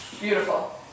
beautiful